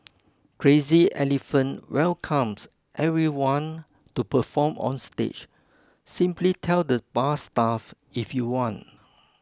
Crazy Elephant welcomes everyone to perform on stage simply tell the bar staff if you want